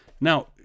Now